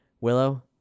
Willow